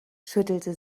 schüttelte